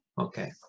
Okay